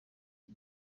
ari